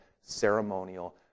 ceremonial